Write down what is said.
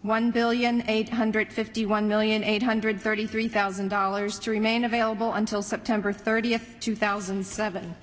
one billion eight hundred fifty one million eight hundred thirty three thousand dollars to remain available until september thirtieth two thousand and seven